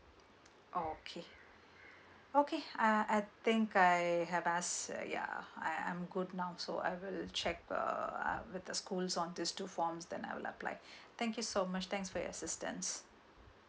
oh okay okay uh I think I have asked uh ya I'm good now so I will check uh out with the schools on these two forms then I will apply thank you so much thanks for your assistance